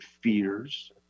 fears